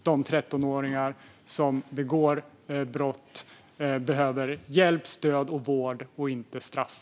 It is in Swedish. De 13-åringar som begår brott behöver hjälp, stöd och vård - inte straff.